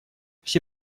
все